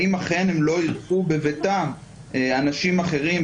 האם אכן הם לא אירחו בביתם אנשים אחרים,